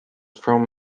from